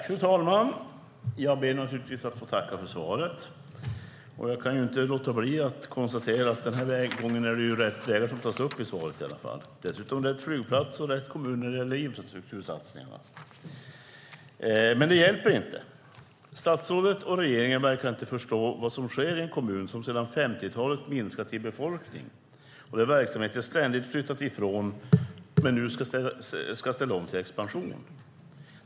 Fru talman! Jag ber naturligtvis att få tacka för svaret. Och jag kan inte låta bli att konstatera att det den här gången i alla fall är rätt vägar som tas upp i svaret. Dessutom är det rätt flygplats och rätt kommuner när det gäller infrastruktursatsningarna. Men det hjälper inte. Statsrådet och regeringen verkar inte förstå vad som sker i en kommun som sedan 50-talet minskat i befolkning och som verksamheter ständigt flyttat ifrån men som nu ska ställa om till expansion.